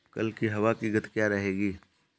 कल की हवा की गति क्या रहेगी?